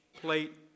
plate